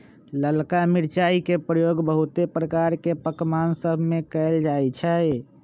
ललका मिरचाई के प्रयोग बहुते प्रकार के पकमान सभमें कएल जाइ छइ